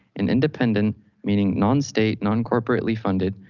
an independent meaning, non-state, non corporately funded,